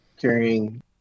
carrying